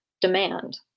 demand